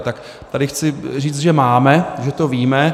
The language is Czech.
Tak tady chci říct, že máme, že to víme.